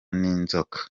n’inzoka